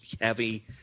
heavy